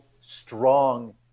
strong